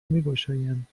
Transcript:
میگشایند